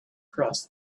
cross